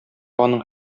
аның